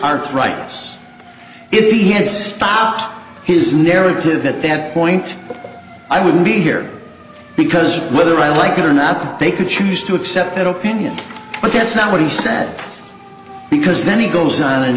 arthritis if he had spot his narrative at that point i wouldn't be here because whether i like it or not they could choose to accept that opinion but that's not what he said because then he goes on and